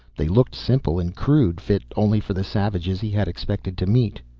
they looked simple and crude, fit only for the savages he had expected to meet.